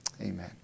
amen